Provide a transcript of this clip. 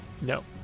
No